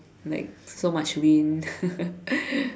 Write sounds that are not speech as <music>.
like so much wind <laughs>